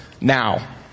now